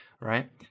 right